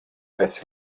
esi